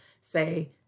say